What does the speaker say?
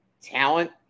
talent